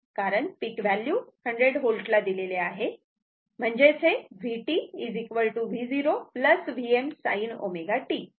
कारण peak value 100 V दिलेले आहे म्हणजेच vt V0 Vm sin ω t